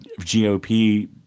GOP